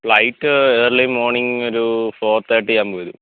flight early മോര്ണിങ്ങൊരൂ four ത്തേട്ടി ആവുമ്പം വരും